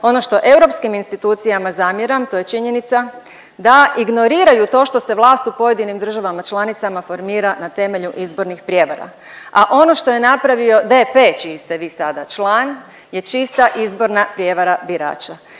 Ono što europskim institucijama zamjeram, to je činjenica da ignoriraju to što se vlast u pojedinim državama članicama formira na temelju izbornih prijevara. A ono što je napravio DP čiji ste vi sada član je čista izborna prijevara birača.